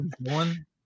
one